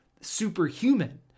superhuman